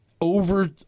over